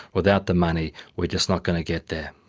without the money we're just not going to get there.